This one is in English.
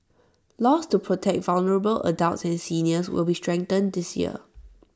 laws to protect vulnerable adults and seniors will be strengthened this year